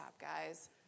guys